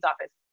office